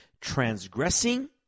Transgressing